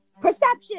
Perception